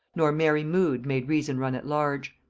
nor merry mood made reason run at large.